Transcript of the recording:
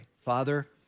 Father